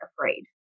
afraid